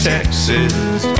Texas